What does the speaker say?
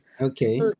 okay